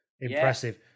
impressive